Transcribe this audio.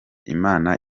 imana